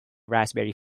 raspberry